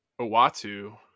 Owatu